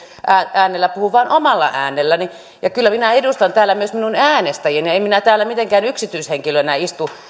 äänellä puhua vaan omalla äänelläni ja kyllä minä edustan täällä myös minun äänestäjiäni en minä täällä mitenkään yksityishenkilönä istu